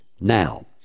now